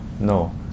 No